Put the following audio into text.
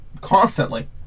Constantly